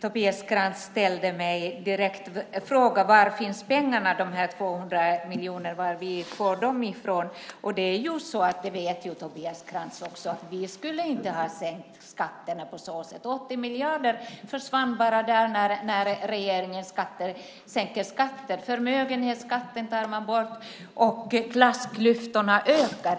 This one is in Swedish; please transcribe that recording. Tobias Krantz frågade mig var vi får de 200 miljonerna från. Tobias Krantz vet att vi inte skulle ha sänkt skatterna. 80 miljarder försvann när regeringen sänkte skatterna. Förmögenhetsskatten togs bort och klassklyftorna ökar.